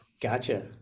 Gotcha